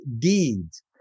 deeds